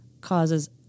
causes